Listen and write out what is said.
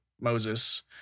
Moses